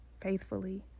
faithfully